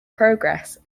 progress